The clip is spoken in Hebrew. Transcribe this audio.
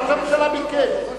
ראש הממשלה ביקש שישאלו אותו.